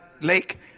lake